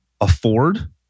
afford